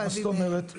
מה הם אומרים אותי לא